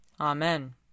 Amen